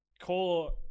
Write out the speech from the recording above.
core